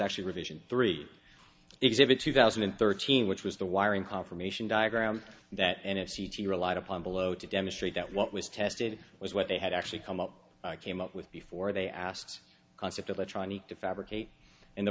actually revision three exhibit two thousand and thirteen which was the wiring confirmation diagram that n f c team relied upon below to demonstrate that what was tested was what they had actually come up came up with before they asked concept electronic to fabricate and the